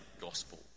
gospel